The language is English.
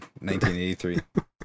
1983